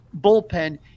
bullpen